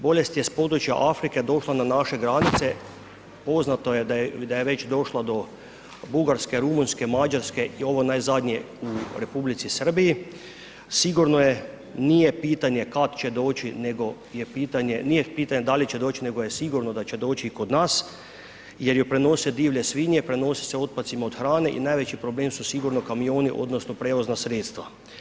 Bolest je s područja Afrike došla na naše granice, poznato je da je već došla do Bugarske, Rumunjske, Mađarske i ovo najzadnje u Republici Srbiji, sigurno je, nije pitanje kad će doći nego je pitanje, nije pitanje da li će doći, nego je sigurno da će doći i kod nas jer ju prenose divlje svinje, prenosi se otpadcima od hrane i najveći problem su kamioni odnosno prevozna sredstva.